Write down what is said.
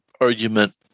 argument